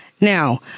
Now